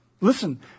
Listen